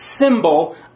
symbol